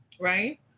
Right